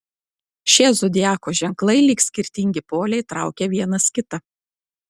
šie zodiako ženklai lyg skirtingi poliai traukia vienas kitą